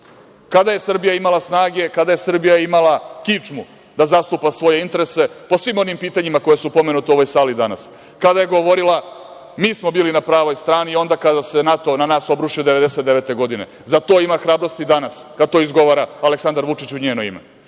je Srbija imala snage, kada je Srbija imala kičmu da zastupa svoje interese, po svim onim pitanjima koja su pomenuta u ovoj sali danas, kada je govorila -mi smo bili na pravoj strani, i onda kada se NATO na nas obrušio, 1999. godine. Za to ima hrabrosti danas, da to izgovara Aleksandar Vučić u njeno ime.